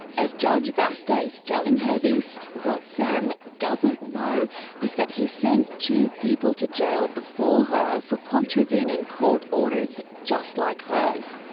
as judge vasta is telling her this what sam doesn't know is that he's sent two people to jail before her, for contravening court orders, just like hers.